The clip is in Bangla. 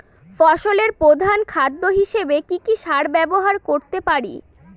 ফসলের প্রধান খাদ্য হিসেবে কি কি সার ব্যবহার করতে পারি?